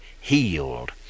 healed